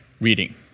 reading